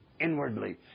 inwardly